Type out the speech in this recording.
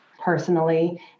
personally